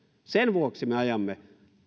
sen vuoksi me ajamme